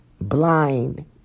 blind